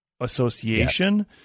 association